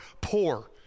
poor